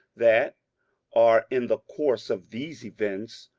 that are, in the course of these events,